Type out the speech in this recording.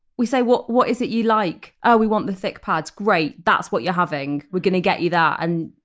we say, what what is it you like? oh we want the thick pads. great. that's what you're having. we're going to get you that. and